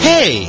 Hey